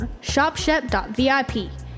ShopShep.VIP